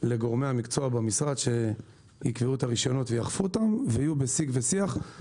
לגורמי המקצוע במשרד שיקבעו את הרישיונות ויאכפו אותם ויהיו בשיג ושיח.